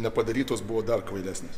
nepadarytos buvo dar kvailesnės